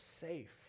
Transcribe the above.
safe